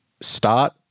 start